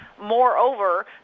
Moreover